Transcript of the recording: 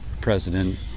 president